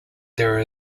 there